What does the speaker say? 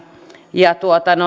ja